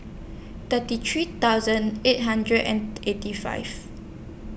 thirty three thousand eight hundred and eighty five